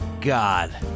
God